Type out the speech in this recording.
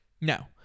No